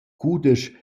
cudesch